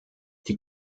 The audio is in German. die